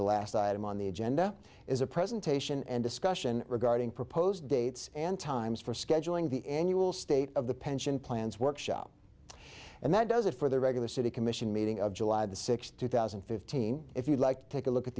the last item on the agenda is a presentation and discussion regarding proposed dates and times for scheduling the annual state of the pension plans workshop and that does it for the regular city commission meeting of july the sixth two thousand and fifteen if you'd like to take a look at